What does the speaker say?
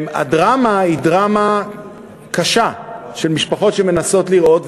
הדרמה היא דרמה קשה של משפחות שמנסות לראות,